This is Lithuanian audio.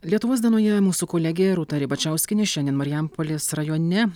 lietuvos dienoje mūsų kolegė rūta ribačiauskienė šiandien marijampolės rajone